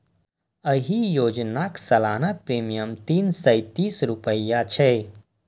एहि योजनाक सालाना प्रीमियम तीन सय तीस रुपैया छै